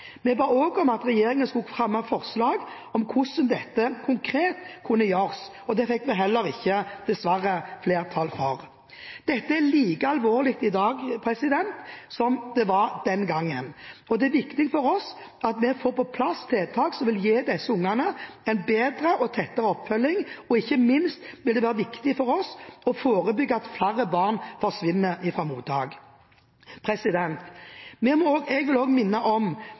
Vi ba også om at regjeringen skulle fremme forslag om hvordan dette konkret kunne gjøres. Dette fikk vi dessverre heller ikke flertall for. Dette er like alvorlig i dag som det var den gangen, og det er viktig for oss at vi får på plass tiltak som vil gi disse ungene en bedre og tettere oppfølging. Ikke minst blir det viktig for oss å forebygge at barn forsvinner fra mottak. Jeg vil også minne om at et enstemmig storting før jul vedtok et forslag fra SV om